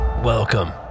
Welcome